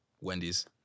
Wendy's